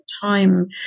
time